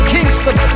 Kingston